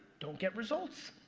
don't get results.